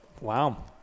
Wow